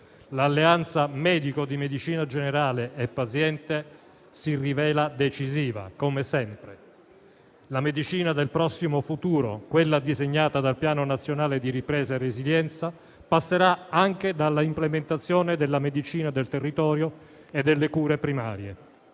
L'alleanza medico di medicina generale e paziente si rivela decisiva come sempre. La medicina del prossimo futuro, quella disegnata dal Piano nazionale di ripresa e resilienza, passerà anche dalla implementazione della medicina del territorio e delle cure primarie.